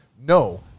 no